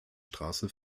straße